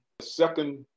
Second